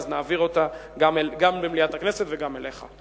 ואז נעביר אותה גם במליאת הכנסת וגם אליך.